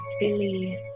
believe